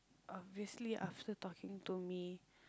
obviously after talking to me